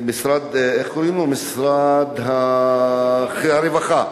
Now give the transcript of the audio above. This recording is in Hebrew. שאומר משרד הרווחה